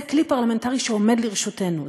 זה כלי פרלמנטרי שעומד לרשותנו,